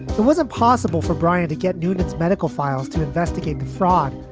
it wasn't possible for brian to get nude its medical files to investigate the fraud,